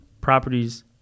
properties